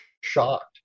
shocked